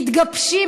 מתגבשים.